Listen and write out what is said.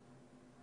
אדוני.